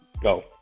Go